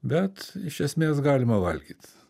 bet iš esmės galima valgyt